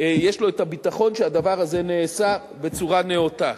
יש לו הביטחון שהדבר הזה נעשה בצורה נאותה.